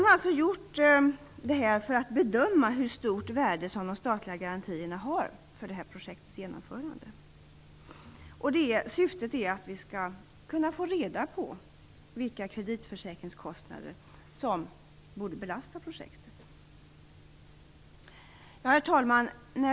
Man har alltså gjort detta för att bedöma hur stort värde de statliga garantierna har för projektets genomförande. Syftet är att vi skall kunna få reda på vilka kreditförsäkringskostnader som borde belasta projektet.